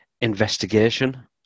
investigation